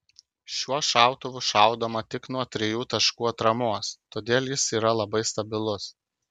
šiuo šautuvu šaudoma tik nuo trijų taškų atramos todėl jis yra labai stabilus